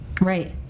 Right